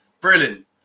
Brilliant